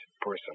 person